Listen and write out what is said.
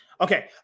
Okay